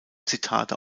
zitate